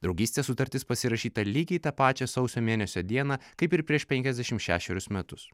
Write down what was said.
draugystės sutartis pasirašyta lygiai tą pačią sausio mėnesio dieną kaip ir prieš penkiasdešim šešerius metus